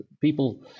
people